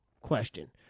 question